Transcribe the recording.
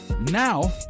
now